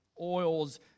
oils